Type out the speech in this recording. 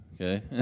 okay